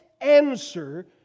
answer